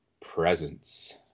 presence